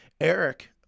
Eric